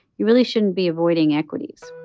you really shouldn't be avoiding equities